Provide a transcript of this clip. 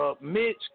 Mitch